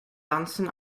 ganzen